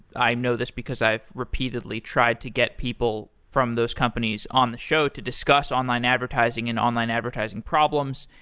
i know this because i've repeatedly tried to get people from those companies on the show to discuss online advertising and online advertising problems.